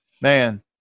Man